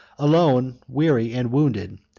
alone, weary, and wounded,